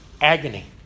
agony